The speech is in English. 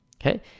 Okay